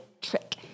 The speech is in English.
trick